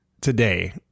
today